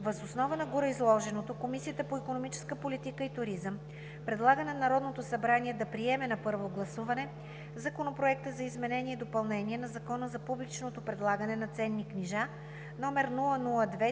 Въз основа на гореизложеното Комисията по икономическа политика и туризъм предлага на Народното събрание да приеме на първо гласуване Законопроект за изменение и допълнение на Закона за публичното предлагане на ценни книжа, №